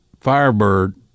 Firebird